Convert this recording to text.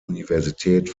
universität